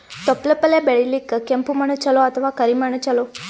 ತೊಪ್ಲಪಲ್ಯ ಬೆಳೆಯಲಿಕ ಕೆಂಪು ಮಣ್ಣು ಚಲೋ ಅಥವ ಕರಿ ಮಣ್ಣು ಚಲೋ?